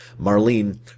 Marlene